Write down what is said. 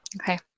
Okay